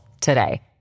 today